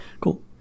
Cool